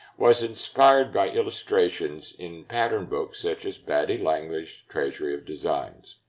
was inspired by illustrations in pattern books, such as batty langley's treasury of designs.